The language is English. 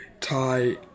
tie